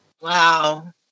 Wow